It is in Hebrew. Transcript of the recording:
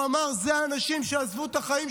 הוא אמר: אלה האנשים שעזבו את החיים